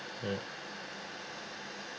alright